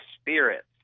spirits